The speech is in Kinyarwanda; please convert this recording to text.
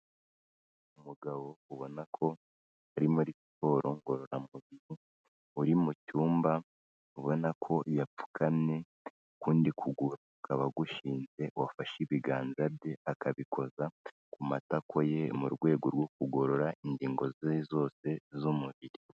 Umugabo ubona ko ari muri siporo ngororamubiri uri mu cyumba ubona ko yapfukamye, ukundi kuguru kukaba gushinze we afashe ibiganza bye akabikoza ku matako ye mu rwego rwo kugorora ingingo ze zose z'umubiri.